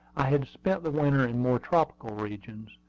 i had spent the winter in more tropical regions,